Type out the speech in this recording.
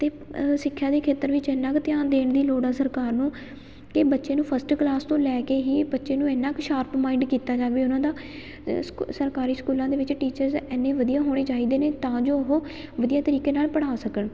ਅਤੇ ਸਿੱਖਿਆ ਦੇ ਖੇਤਰ ਵਿੱਚ ਇੰਨਾ ਕੁ ਧਿਆਨ ਦੇਣ ਦੀ ਲੋੜ ਆ ਸਰਕਾਰ ਨੂੰ ਕਿ ਬੱਚੇ ਨੂੰ ਫਸਟ ਕਲਾਸ ਤੋਂ ਲੈ ਕੇ ਹੀ ਬੱਚੇ ਨੂੰ ਇੰਨਾ ਕੁ ਸ਼ਾਰਪ ਮਾਇੰਡ ਕੀਤਾ ਜਾਵੇ ਉਹਨਾਂ ਦਾ ਅ ਸਕੂ ਸਰਕਾਰੀ ਸਕੂਲਾਂ ਦੇ ਵਿੱਚ ਟੀਚਰਜ਼ ਇੰਨੇ ਵਧੀਆ ਹੋਣੇ ਚਾਹੀਦੇ ਨੇ ਤਾਂ ਜੋ ਉਹ ਵਧੀਆ ਤਰੀਕੇ ਨਾਲ ਪੜ੍ਹਾ ਸਕਣ